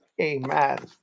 Amen